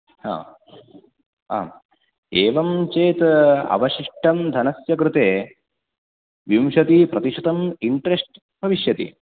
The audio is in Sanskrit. हा आम् एवं चेत् अवशिष्टं धनस्य कृते विंशति प्रतिशतम् इन्ट्रेस्ट् भविष्यति